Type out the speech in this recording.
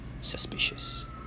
suspicious